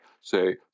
say